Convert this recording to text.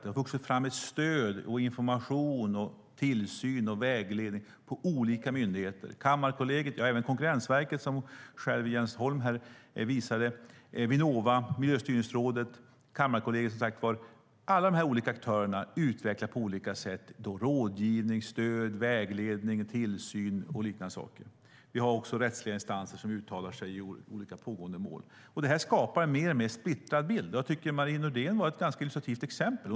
Det har vuxit fram stöd, information, tillsyn och vägledning på olika myndigheter - på Kammarkollegiet, på Konkurrensverket, som Jens Holm visade, på Vinnova och på Miljöstyrningsrådet. Alla dessa aktörer har på olika sätt utvecklat stöd, rådgivning, vägledning, tillsyn med mera. Även rättsliga instanser uttalar sig i olika pågående mål. Detta skapar en mer och mer splittrad bild. Marie Nordén hade ett ganska illustrativt exempel.